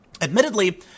Admittedly